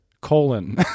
colon